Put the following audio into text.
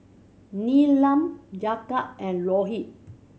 Neelam Jagat and Rohit